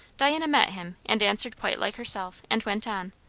diana met him and answered quite like herself, and went on